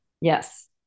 Yes